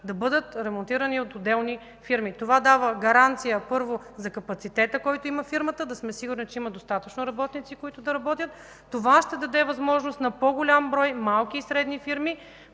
да бъдат ремонтирани от отделни фирми. Това дава гаранция, първо, за капацитета, който има фирмата – да сме сигурни, че има достатъчно работници, които да работят. Това ще даде възможност на по-голям брой малки и средни фирми,